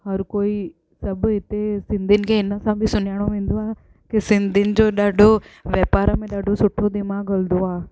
हर कोई सभु हिते सिंधियुनि खे हिन सां बि सुञाणो वेंदो आहे की सिंधियुनि जो ॾाढो वापार में ॾाढो सुठो दिमाग़ु हलंदो आहे